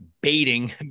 baiting